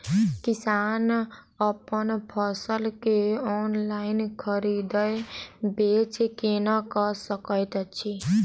किसान अप्पन फसल केँ ऑनलाइन खरीदै बेच केना कऽ सकैत अछि?